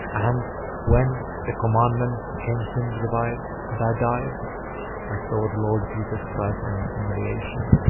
and when the commandment came sin revived, and i died i saw the lord jesus christ in his humiliation,